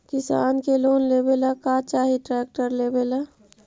किसान के लोन लेबे ला का चाही ट्रैक्टर लेबे ला?